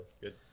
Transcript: good